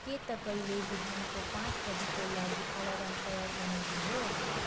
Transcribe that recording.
के तपाईँले बिहानको पाँच बजीको लागि अलार्म तयर गर्नुभयो